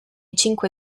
cinque